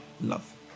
love